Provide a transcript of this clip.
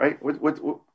Right